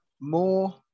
more